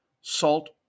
salt